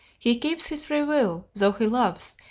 he keeps his free will, though he loves,